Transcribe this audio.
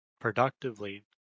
productively